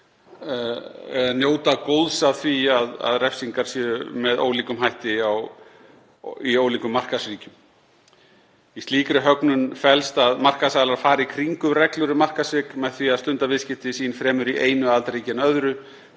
njóta góðs af því að refsingar séu með ólíkum hætti í ólíkum markaðsríkjum. Í slíkri högnun felst að markaðsaðilar fara í kringum reglur um markaðssvik með því að stunda viðskipti sín fremur í einu aðildarríki en öðru